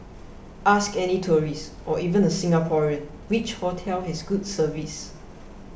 ask any tourist or even a Singaporean which hotel has good service